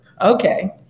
Okay